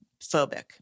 phobic